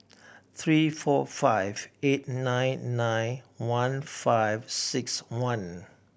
three four five eight nine nine one five six one